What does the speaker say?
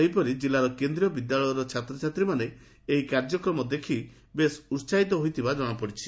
ସେହିପରି କେନ୍ଦ୍ରୀୟ ବିଦ୍ୟାଳୟର ଛାତ୍ରଛାତ୍ରୀମାନେ ଏହି କାର୍ଯ୍ୟକ୍ରମ ଦେଖ ବେଶ୍ ଉସାହିତ ହୋଇଥିବା ଜଣାପଡ଼ିଛି